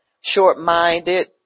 short-minded